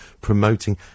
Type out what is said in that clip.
promoting